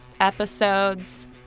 episodes